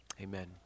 Amen